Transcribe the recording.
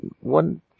one